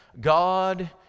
god